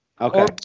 Okay